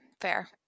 fair